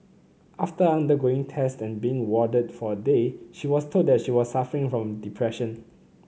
after undergoing test and being warded for a day she was told that she was suffering from depression